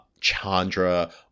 Chandra